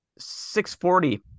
640